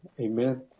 amen